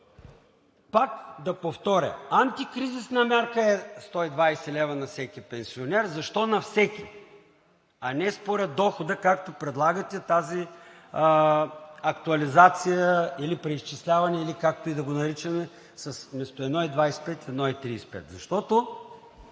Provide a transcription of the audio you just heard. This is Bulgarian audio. Пак да повторя, антикризисна мярка е 120 лв. на всеки пенсионер. Защо на всеки? А не според дохода, както предлагате тази актуализация или преизчисляване, или както и да го наричаме, вместо 1,25 и 1,35? Защото